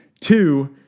two